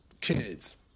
kids